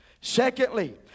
Secondly